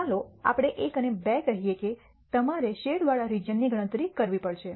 ચાલો આપણે 1 અને 2 કહીએ કે તમારે શેડવાળા રીજીયન ની ગણતરી કરવી પડશે